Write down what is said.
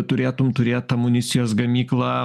turėtum turėt amunicijos gamyklą